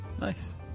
Nice